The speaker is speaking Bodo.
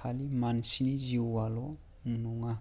खालि मानसिनि जिउआल' नङा